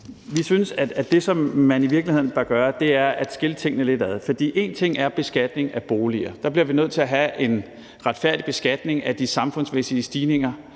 Vi synes, at det, som man i virkeligheden bør gøre, er at skille tingene lidt ad. Der er beskatning af boliger, hvor vi bliver nødt til at have en retfærdig beskatning af de samfundsmæssige stigninger